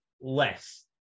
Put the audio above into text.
less